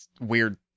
weird